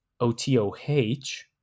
O-T-O-H